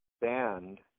band